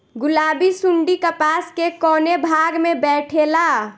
गुलाबी सुंडी कपास के कौने भाग में बैठे ला?